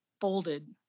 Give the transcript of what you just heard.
folded